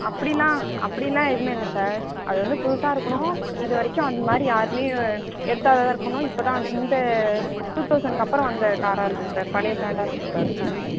அப்படினா அப்படிலாம் எதுவுமே இல்லை சார் அது வந்து புதுசாகருக்கனும் இது வரைக்கும் அந்தமாதிரி யாருமே எடுக்காததால் இருக்கணும் இப்பதான் இந்த டூ தவுசன்க்கு அப்புறம் வந்த காராக இருக்கணும் சார் பழைய பிராண்டாக இருக்கக்கூடாது